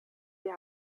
die